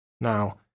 Now